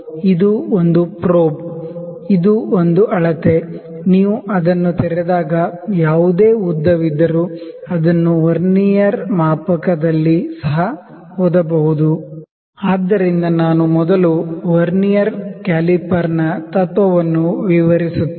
ಇದು ಒಂದು ಪ್ರೋಬ್ ಇದು ಒಂದು ಅಳತೆ ನೀವು ಅದನ್ನು ತೆರೆದಾಗ ಯಾವುದೇ ಉದ್ದವಿದ್ದರೂ ಅದನ್ನು ವರ್ನಿಯರ್ ಮಾಪಕದಲ್ಲಿ ಸಹ ಓದಬಹುದು ಆದ್ದರಿಂದ ನಾನು ಮೊದಲು ವರ್ನಿಯರ್ ಕ್ಯಾಲಿಪರ್ನ ತತ್ವವನ್ನು ವಿವರಿಸುತ್ತೇನೆ